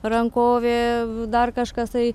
rankovė dar kažkas tai